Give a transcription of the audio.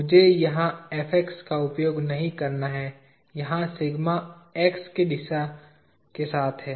मुझे यहां का उपयोग नहीं करना है यहा सिग्मा X दिशा के साथ है